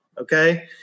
Okay